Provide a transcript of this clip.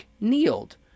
kneeled